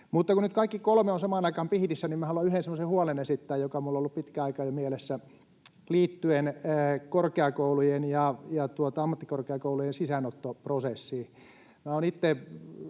Mutta nyt, kun kaikki kolme ovat samaan aikaan pihdissä, minä haluan esittää yhden semmoisen huolen, joka minulla on ollut jo pitkän aikaa mielessä liittyen korkeakoulujen ja ammattikorkeakoulujen sisäänottoprosessiin.